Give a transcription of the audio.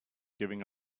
giving